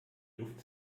luft